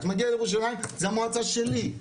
זה מגיע לירושלים, זה המועצה שלי.